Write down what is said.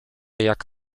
jak